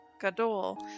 Gadol